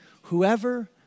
Whoever